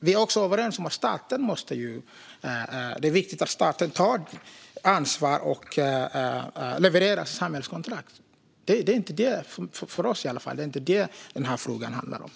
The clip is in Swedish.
Vi är också överens om att det är viktigt att staten tar ansvar och levererar samhällskontrakt. Det är inte detta frågan handlar om, i alla fall inte för oss.